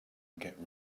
get